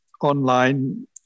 online